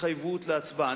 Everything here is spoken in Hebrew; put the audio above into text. התחייבות להצבעה.